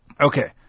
Okay